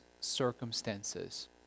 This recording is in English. circumstances